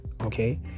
Okay